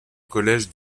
collège